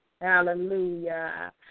Hallelujah